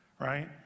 right